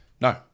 No